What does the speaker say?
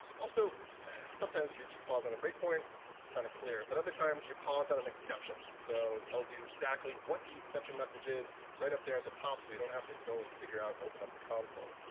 also sometimes you just pause on a and break point, it's kind of clear. but other times you pause on an exception, so it tells you exactly what the exception message is right up there at the top, so you don't have to go and figure out and open up the console.